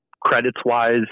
credits-wise